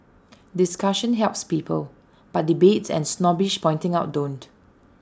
discussion helps people but debates and snobbish pointing out don't